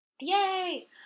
Yay